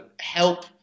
help